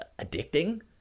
addicting